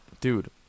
Dude